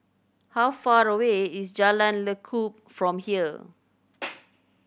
how far away is Jalan Lekub from here